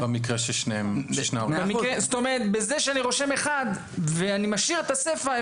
בזה שאני רושם אחד ואני משאיר את הסיפה,